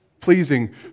pleasing